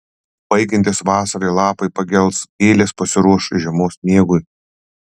baigiantis vasarai lapai pagels gėlės pasiruoš žiemos miegui